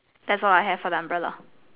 that's all I have for the umbrella